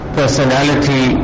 personality